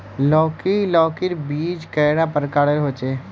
लौकी लौकीर बीज कैडा प्रकारेर होचे?